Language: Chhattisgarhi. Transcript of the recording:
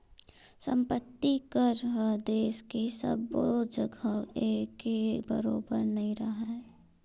संपत्ति कर ह देस के सब्बो जघा एके बरोबर नइ राहय